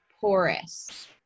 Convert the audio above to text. porous